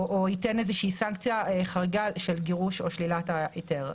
או ייתן איזושהי סנקציה חריגה של גירוש או שלילת ההיתר.